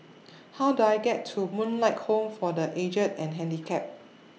How Do I get to Moonlight Home For The Aged and Handicapped